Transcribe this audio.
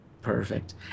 Perfect